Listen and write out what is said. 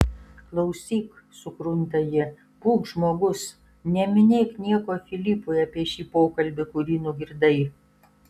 klausyk sukrunta ji būk žmogus neminėk nieko filipui apie šį pokalbį kurį nugirdai